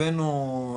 הבאנו,